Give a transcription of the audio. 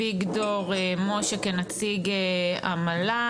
ויגדור משה כנציב המל"ג,